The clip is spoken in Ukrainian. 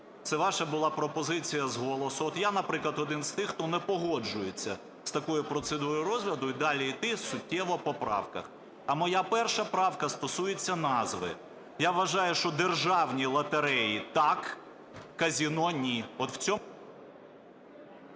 це ваша була пропозиція з голосу. От я, наприклад, один з тих, хто не погоджується з такою процедурою розгляду і далі іти суттєво по правках. А моя перша правка стосується назви. Я вважаю, що державні лотереї – так, казино – ні.